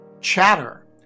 Chatter